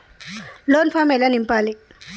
Loan form ఎలా నింపాలి?